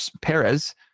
Perez